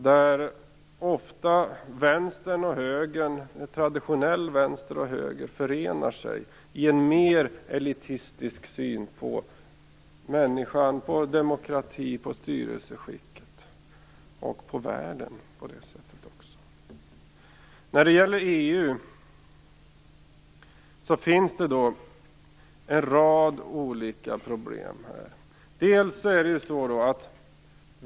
Traditionell vänster och traditionell höger förenar sig ofta i en mer elitistisk syn på människan, på demokratin, på styrelseskicket och på det sättet också på världen. När det gäller EU finns det en rad olika problem här.